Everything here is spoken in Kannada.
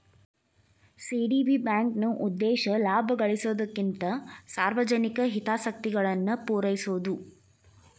ಸಿ.ಡಿ.ಬಿ ಬ್ಯಾಂಕ್ನ ಉದ್ದೇಶ ಲಾಭ ಗಳಿಸೊದಕ್ಕಿಂತ ಸಾರ್ವಜನಿಕ ಹಿತಾಸಕ್ತಿಗಳನ್ನ ಪೂರೈಸೊದು